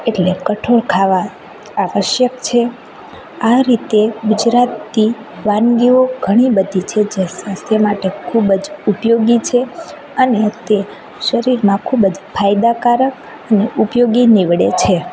એટલે કઠોળ ખાવાં આવશ્યક છે આ રીતે ગુજરાતી વાનગીઓ ઘણી બધી છે જે સ્વાસ્થ્ય માટે ખૂબ જ ઉપયોગી છે અને તે શરીરમાં ખૂબ જ ફાયદાકારક અને ઉપયોગી નીવડે છે